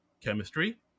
chemistry